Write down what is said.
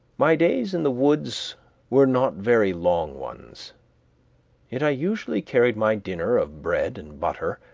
my days in the woods were not very long ones yet i usually carried my dinner of bread and butter,